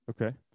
Okay